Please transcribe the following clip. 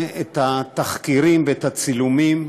התחקירים ואת הצילומים